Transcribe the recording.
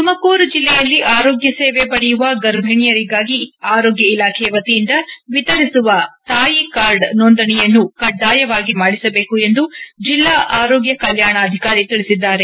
ತುಮಕೂರು ಜಿಲ್ಲೆಯಲ್ಲಿ ಆರೋಗ್ಯ ಸೇವೆ ಪಡೆಯುವ ಗರ್ಭಿಣೆಯರಿಗಾಗಿ ಆರೋಗ್ಯ ಇಲಾಖೆ ವತಿಯಿಂದ ವಿತರಿಸುವ ತಾಯಿ ಕಾರ್ಡ್ ನೋಂದಣಿಯನ್ನು ಕಡ್ಡಾಯವಾಗಿ ಮಾಡಿಸಬೇಕು ಎಂದು ಜಿಲ್ಲಾ ಆರೋಗ್ಯ ಕಲ್ಯಾಣಾಧಿಕಾರಿ ತಿಳಿಸಿದ್ದಾರೆ